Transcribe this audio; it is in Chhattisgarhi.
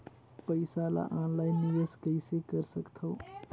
पईसा ल ऑनलाइन निवेश कइसे कर सकथव?